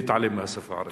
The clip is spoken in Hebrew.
בהתעלם מהשפה הערבית.